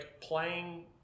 playing